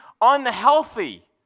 unhealthy